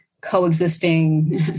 coexisting